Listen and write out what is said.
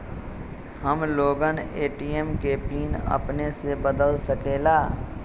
हम लोगन ए.टी.एम के पिन अपने से बदल सकेला?